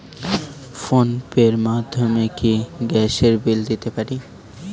Phone pay র মাধ্যমে কি গ্যাসের বিল দিতে পারি?